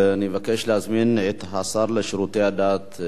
ואני מבקש להזמין את השר לשירותי הדת,